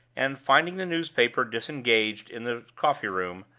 and, finding the newspaper disengaged in the coffee-room,